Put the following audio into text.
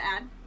add